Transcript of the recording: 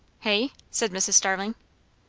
hey? said mrs. starling.